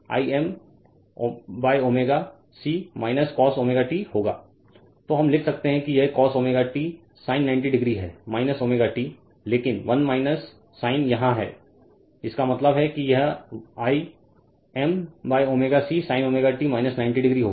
तो हम लिख सकते हैं कि यह cos ω t sin90 डिग्री है ω t लेकिन 1 sin यहाँ है इसका मतलब है कि यह I m ω C sinωt 90 degree होगा